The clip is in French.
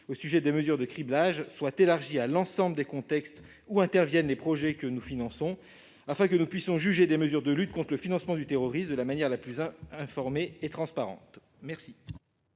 sur les mesures de criblage soit élargi à l'ensemble des contextes où interviennent les projets que nous finançons, afin que nous puissions juger des mesures de lutte contre le financement du terrorisme de la manière la plus informée et transparente. Quel